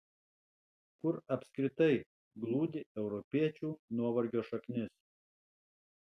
kur apskritai glūdi europiečių nuovargio šaknis